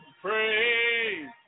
praise